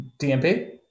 DMP